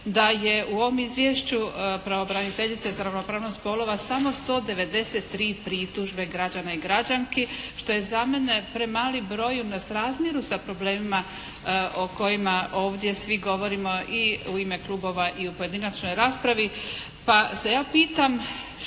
da je u ovom izvješću pravobraniteljice za ravnopravnost spolova samo 193 pritužbe građana i građanki što je za mene premali broj u nesrazmjeru sa problemima o kojima ovdje svi govorimo i u ime klubova i u pojedinačnoj raspravi.